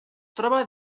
troba